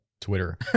twitter